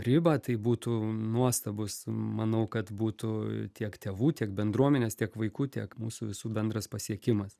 ribą tai būtų nuostabus manau kad būtų tiek tėvų tiek bendruomenės tiek vaikų tiek mūsų visų bendras pasiekimas